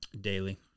Daily